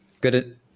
good